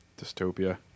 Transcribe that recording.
Dystopia